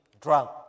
drunk